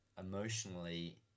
emotionally